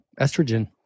estrogen